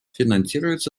финансируется